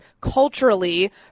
culturally